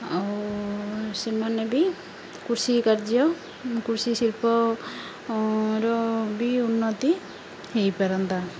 ଆଉ ସେମାନେ ବି କୃଷି କାର୍ଯ୍ୟ କୃଷି ଶିଳ୍ପର ବି ଉନ୍ନତି ହେଇପାରନ୍ତା